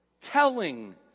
telling